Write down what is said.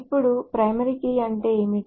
ఇప్పుడు primary key అంటే ఏమిటి